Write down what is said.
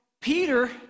Peter